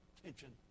attention